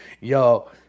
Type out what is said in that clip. Yo